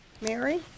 Mary